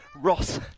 Ross